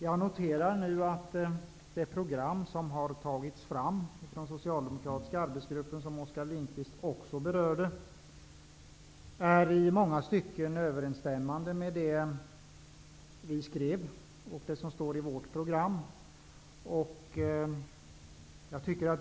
Jag noterar nu att det program som har tagits fram av den socialdemokratiska arbetsgruppen, som Oskar Lindkvist också berörde, i många stycken är överensstämmande med det som står i vårt program.